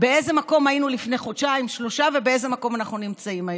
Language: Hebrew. באיזה מקום היינו לפני חודשיים-שלושה ובאיזה מקום אנחנו נמצאים היום.